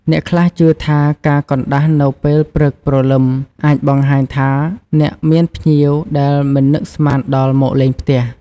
អ្នកខ្លះជឿថា ការកណ្តាស់នៅពេលព្រឹកព្រលឹមអាចបង្ហាញថាអ្នកមានភ្ញៀវដែលមិននឹកស្មានដល់មកលេងផ្ទះ។